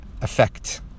effect